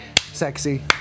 sexy